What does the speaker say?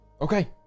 Okay